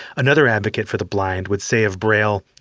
another advocate for the blind would say of braille,